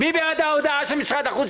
מי בעד אישור ההודעה של משרד החוץ?